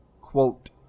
Quote